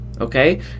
okay